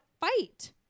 fight